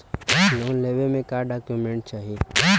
Loan लेवे मे का डॉक्यूमेंट चाही?